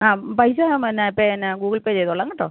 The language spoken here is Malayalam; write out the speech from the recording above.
ആ പൈസ പിന്നെ പിന്നെ ഗൂഗിൾ പേ ചെയ്തോളാം കേട്ടോ